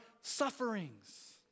sufferings